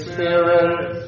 Spirit